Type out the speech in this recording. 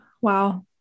wow